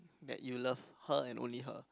that you love her and only her